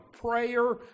Prayer